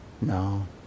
No